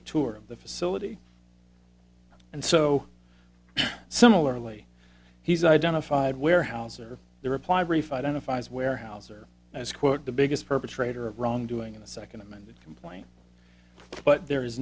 a tour of the facility and so similarly he's identified weyerhaeuser the reply brief identifies weyerhaeuser as quote the biggest perpetrator of wrongdoing in the second amended complaint but there is